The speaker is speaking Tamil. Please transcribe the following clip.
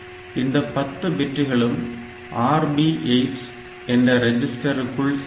இந்த 10 பிட்களும் RB8 என்ற ரெஜிஸ்டருக்குள் செல்கிறது